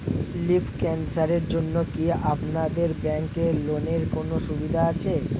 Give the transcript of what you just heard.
Lymph ক্যানসারের জন্য কি আপনাদের ব্যঙ্কে লোনের কোনও সুবিধা আছে?